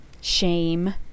shame